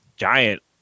Giant